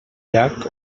llac